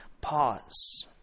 pause